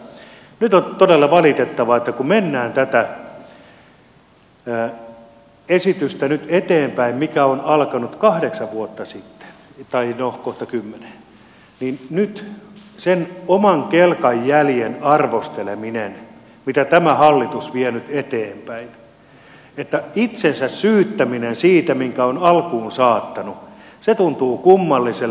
mutta nyt on todella valitettavaa että kun mennään tätä esitystä nyt eteenpäin mikä on alkanut kahdeksan vuotta sitten tai no kohta kymmenen niin nyt sen oman kelkan jäljen arvosteleminen mitä tämä hallitus vie nyt eteenpäin itsensä syyttäminen siitä minkä on alkuun saattanut tuntuu kummalliselta